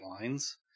lines